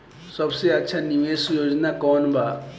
सबसे अच्छा निवेस योजना कोवन बा?